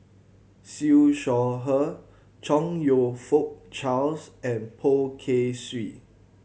Siew Shaw Her Chong You Fook Charles and Poh Kay Swee